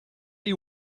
you